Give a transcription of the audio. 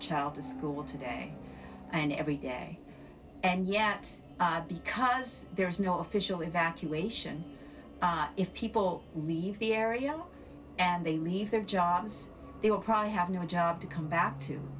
child to school today and every day and yet because there is no official infatuation if people leave the area and they leave their jobs they will probably have no job to come back to